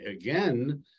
again